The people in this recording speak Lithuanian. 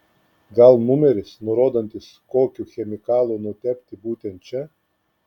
gal numeris nurodantis kokiu chemikalu nutepti būtent čia